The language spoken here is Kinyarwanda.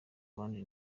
abandi